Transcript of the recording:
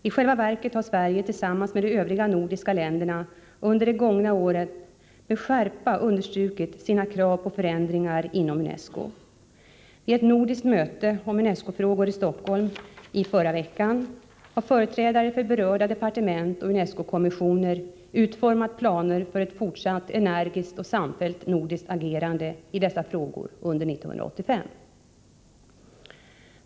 I själva verket har Sverige tillsammans med de övriga nordiska länderna under det gångna året med skärpa understrukit sina krav på förändringar inom UNESCO. Vid ett nordiskt möte om UNESCO-frågor i Stockholm i förra veckan har företrädare för berörda departement och UNESCO-kommissioner utformat planer för ett fortsatt energiskt och samfällt nordiskt agerande i dessa frågor under 1985.